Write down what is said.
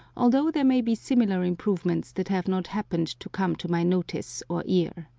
although there may be similar improvements that have not happened to come to my notice or ear.